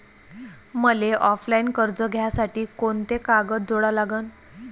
मले ऑफलाईन कर्ज घ्यासाठी कोंते कागद जोडा लागन?